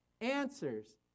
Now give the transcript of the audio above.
Answers